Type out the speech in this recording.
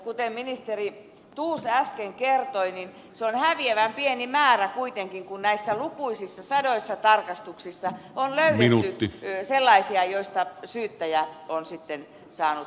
kuten ministeri thors äsken kertoi niin se on kuitenkin häviävän pieni määrä kun näissä lukuisissa sadoissa tarkastuksissa on löydetty sellaisia joista syyttäjä on sitten saanut aineistoa